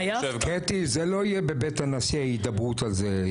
קטי, זה לא יהיה בבית הנשיא ההידברות הזאת.